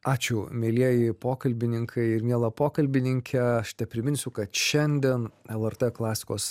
ačiū mielieji pokalbininkai ir miela pokalbininke aš tik priminsiu kad šiandien lrt klasikos